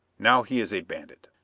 now he is a bandit.